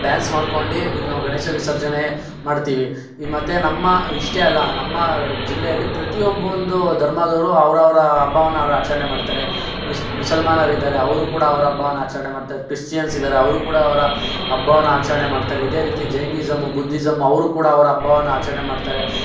dance ಮಾಡ್ಕೊಂಡು ನಾವು ಗಣೇಶ ವಿಸರ್ಜನೆ ಮಾಡ್ತೀವಿ ಈ ಮತ್ತು ನಮ್ಮ ಇಷ್ಟೇ ಅಲ್ಲ ನಮ್ಮ ಜಿಲ್ಲೆಯಲ್ಲಿ ಪ್ರತಿಯೊಬ್ಬನದು ಧರ್ಮದವರು ಅವರವರ ಹಬ್ಬವನ್ನು ಅವ್ರು ಆಚರಣೆ ಮಾಡ್ತಾರೆ ಮುಸ್ ಮುಸಲ್ಮಾನರಿದ್ದಾರೆ ಅವರು ಕೂಡ ಅವರ ಹಬ್ಬವನ್ನು ಆಚರಣೆ ಮಾಡ್ತಾರೆ ಕ್ರಿಶ್ಚಿಯನ್ಸ್ ಇದ್ದಾರೆ ಅವರು ಕೂಡ ಅವರ ಹಬ್ಬವನ್ನು ಆಚರಣೆ ಮಾಡ್ತಾರೆ ಇದೇ ರೀತಿ ಜೈನಿಸಮ್ ಬುದ್ದಿಸಮ್ ಅವರು ಕೂಡ ಅವರ ಹಬ್ಬವನ್ನು ಆಚರಣೆ ಮಾಡ್ತಾರೆ